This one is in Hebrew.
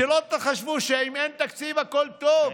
שלא תחשבו שאם אין תקציב הכול טוב,